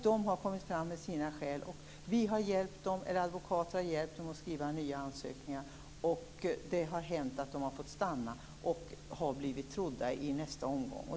De har lagt fram sina skäl, advokater har hjälpt dem att skriva nya ansökningar och det har hänt att de har blivit trodda och fått stanna i nästa omgång.